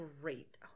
great